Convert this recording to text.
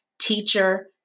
teacher